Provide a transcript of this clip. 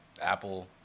Apple